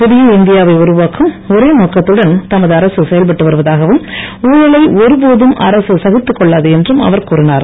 புதிய இந்தியாவை உருவாக்கும் ஒரே நோக்கத்துடன் தமது அரசு செயல்பட்டு வருவதாகவும் ஊழலை ஒருபோதும் அரசு சகித்துக் கொள்ளாது என்றும் அவர் கூறினார்